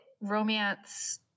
romance